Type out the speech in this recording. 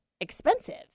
expensive